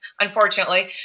unfortunately